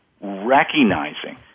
recognizing